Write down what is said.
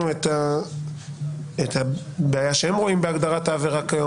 את הבעיה שהם רואים בהגדרת העבירה כיום,